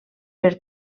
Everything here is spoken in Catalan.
per